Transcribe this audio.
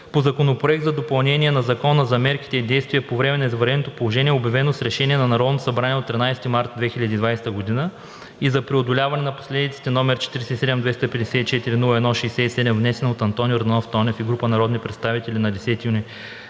По Законопроект за допълнение на Закона за мерките и действията по време на извънредното положение, обявено с решение на Народното събрание от 13 март 2020 г., и за преодоляване на последиците, № 47-254-01-67, внесен от Антон Йорданов Тонев и група народни представители на 10 юни